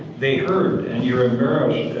they hurt and you're embarrassed.